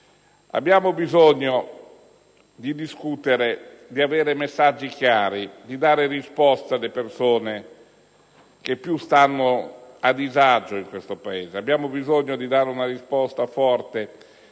Abbiamo bisogno di discutere, di avere messaggi chiari e di dare risposte alle persone che più sono a disagio in questo Paese. Abbiamo bisogno di dare una risposta forte